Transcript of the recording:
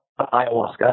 ayahuasca